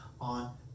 on